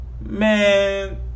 Man